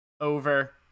Over